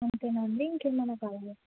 అంతేనా అండి ఇంకేమన్న కావాలా